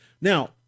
Now